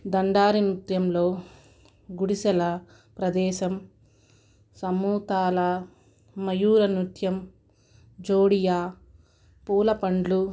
దండారీ నృత్యంలో గుడిసెల ప్రదేశం సమూహాల మయూర నృత్యం జోడియ పూలపండ్లు